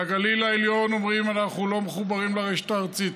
בגליל העליון אומרים: אנחנו לא מחוברים לרשת הארצית,